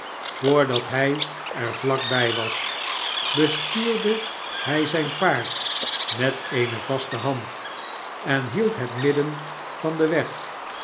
voordat hij er vlak bij was bestuurde hij zijn paard met eene vaste hand en hield het midden van den weg